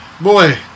Boy